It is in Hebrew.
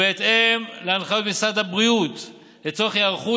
ובהתאם להנחיות משרד הבריאות לצורך היערכות